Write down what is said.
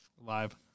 Live